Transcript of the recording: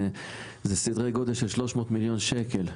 אלה סדרי גודל של 300 מיליון שקלים.